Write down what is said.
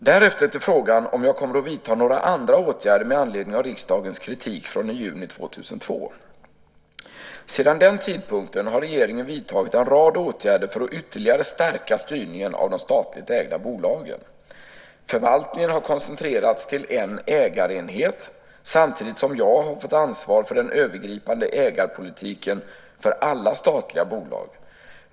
Därefter till frågan om jag kommer att vidta några andra åtgärder med anledning av riksdagens kritik från i juni 2002. Sedan den tidpunkten har regeringen vidtagit en rad åtgärder för att ytterligare stärka styrningen av de statligt ägda bolagen. Förvaltningen har koncentrerats till en ägarenhet samtidigt som jag har fått ansvar för den övergripande ägarpolitiken för alla statliga bolag.